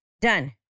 Done